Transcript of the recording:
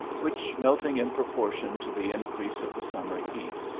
which, melt ing in proportion to the increase of the summer heat,